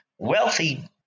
Wealthy